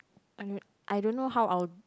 I I don't know how I will